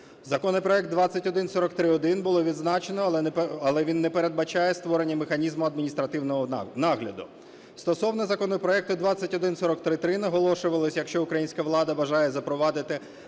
Законопроект 2143-1 було відзначено, але він не передбачає створення механізму адміністративного нагляду. Стосовно законопроекту 2143-3 наголошувалося, якщо українська влада бажає запровадити